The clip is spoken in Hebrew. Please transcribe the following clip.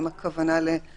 האם הכוונה לגוף או רק לאדם.